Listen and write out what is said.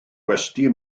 gwesty